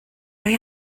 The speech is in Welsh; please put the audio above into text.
rhoi